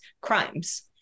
crimes